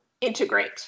integrate